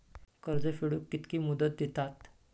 कर्ज फेडूक कित्की मुदत दितात?